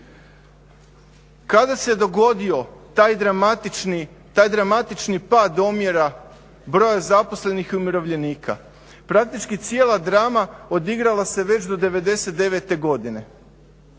Kada se dogodio taj dramatični pad omjera broja zaposlenih i umirovljenika? Praktički cijela drama odigrala se već do 99.-te godine.